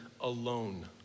alone